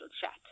chat